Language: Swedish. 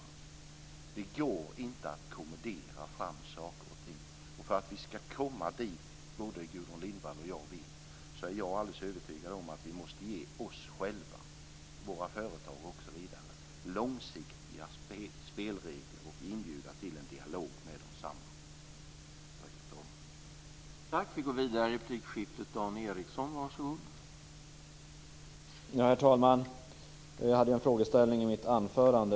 Det går inte att kommendera fram saker och ting. För att vi ska komma dit både Gudrun Lindvall och jag vill måste vi, det är jag alldeles övertygad om, ge oss själva, våra företag osv. långsiktiga spelregler och inbjuda till en dialog med desamma. Tack, herr talman!